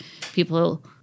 people –